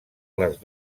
les